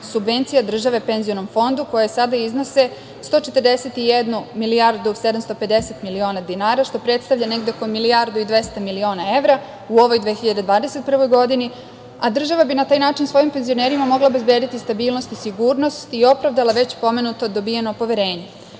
subvencija države penzionom fondu, koje sada iznose 141.750.000.0000 dinara, što predstavlja negde oko 1.200.000.000 evra u 2021. godini, država bi na taj način svojim penzionerima mogla obezbediti stabilnost i sigurnost i opravdala već pomenuto dobijeno poverenje. Kako